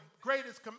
greatest